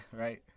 right